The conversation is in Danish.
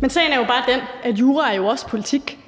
Men sagen er bare den, at jura jo også er politik,